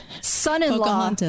Son-in-law